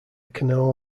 canal